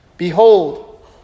Behold